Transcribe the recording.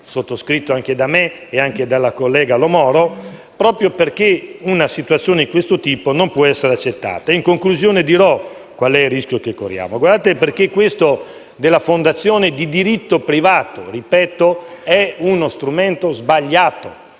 sottoscritto anche da me e dalla senatrice Lo Moro, proprio perché una situazione di questo tipo non può essere accettata (in conclusione dirò qual è il rischio che corriamo). Questo della fondazione di diritto privato - ripeto - è uno strumento sbagliato: